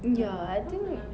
ya I think